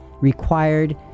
required